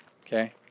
okay